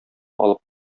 алып